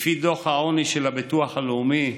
לפי דוח העוני של הביטוח הלאומי,